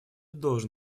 должен